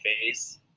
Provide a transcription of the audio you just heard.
face